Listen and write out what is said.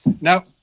Now